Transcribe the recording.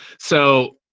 so